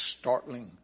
startling